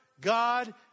God